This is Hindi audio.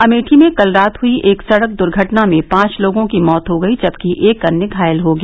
अमेठी में कल रात एक सड़क दुर्घटना में पांच लोगों की मौत हो गयी और एक अन्य घायल हो गया